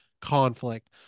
conflict